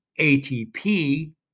ATP